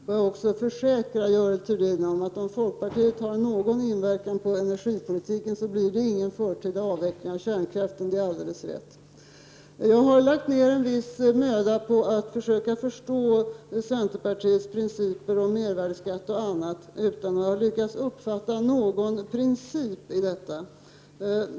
Jag kan också försäkra Görel Thurdin att om folkpartiet har någon inverkan på energipolitiken blir det ingen förtida avveckling av kärnkraften. Det är alldeles rätt. Jag har lagt ner en viss möda på att försöka förstå centerpartiets principer om mervärdeskatt och annat utan att jag har lyckats uppfatta någon princip i detta.